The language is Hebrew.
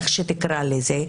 איך שתקרא לזה,